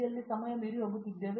ಉಷಾ ಮೋಹನ್ ಧನ್ಯವಾದಗಳು